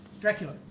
Dracula